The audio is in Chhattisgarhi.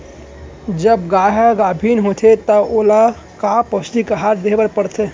जब गाय ह गाभिन होथे त ओला का पौष्टिक आहार दे बर पढ़थे?